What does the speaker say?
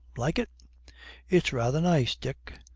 like it it's rather nice, dick.